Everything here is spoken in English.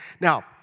Now